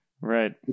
Right